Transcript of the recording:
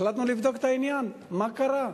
החלטנו לבדוק את העניין, מה קרה.